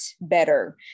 better